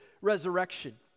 resurrection